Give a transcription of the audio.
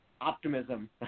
optimism